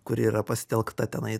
kuri yra pasitelkta tenai